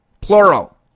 Plural